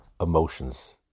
emotions